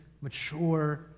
mature